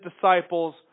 disciples